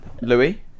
Louis